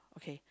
okay